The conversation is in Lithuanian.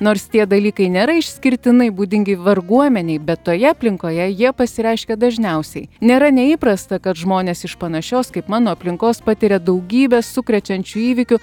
nors tie dalykai nėra išskirtinai būdingi varguomenei bet toje aplinkoje jie pasireiškia dažniausiai nėra neįprasta kad žmonės iš panašios kaip mano aplinkos patiria daugybę sukrečiančių įvykių